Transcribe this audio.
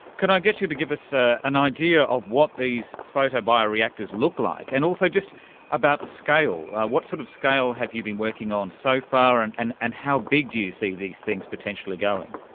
could i get you to give us ah an idea of what these photobioreactors look like, and also just about scale. what sort of scale have you been working on so far and and and how big do you see these things potentially going?